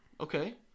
Okay